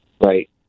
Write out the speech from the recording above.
right